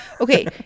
Okay